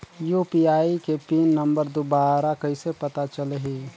UPI के pin number दुबारा कइसे पता चलही?